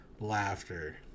laughter